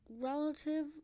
relative